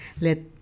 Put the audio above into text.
Let